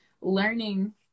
learning